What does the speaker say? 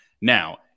Now